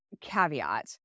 caveat